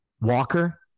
Walker